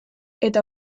eta